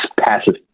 passive